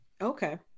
okay